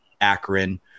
Akron